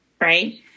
right